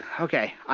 Okay